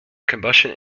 combustion